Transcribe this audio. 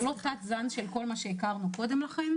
זה לא תת זן של כל מה שהכרנו קודם לכן,